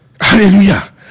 Hallelujah